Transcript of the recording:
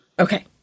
Okay